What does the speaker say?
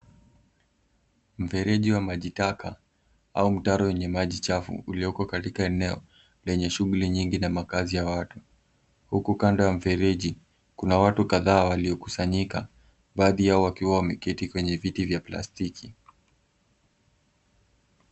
Mfereji wa maji taka au mtaro wenye maji chafu ulioko katika eneo lenye shughuli nyingi na makazi ya watu, huku kando ya mfereji kuna watu kadhaa waliokusanyika baadhi yao wakiwa wameketi kwenye viti vya plastiki.